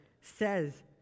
says